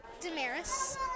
Damaris